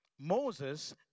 Moses